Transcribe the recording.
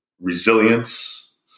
resilience